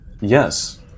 Yes